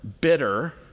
bitter